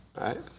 right